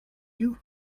you